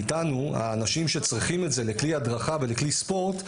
מאיתנו האנשים שצריכים את זה לכלי הדרכה ולכלי ספורט,